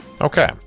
Okay